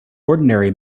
ordinary